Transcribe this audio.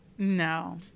No